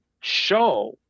show